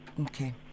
Okay